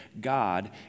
God